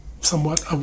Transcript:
somewhat